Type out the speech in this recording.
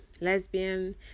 lesbian